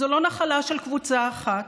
זו לא נחלה של קבוצה אחת.